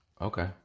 Okay